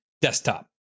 desktop